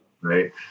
Right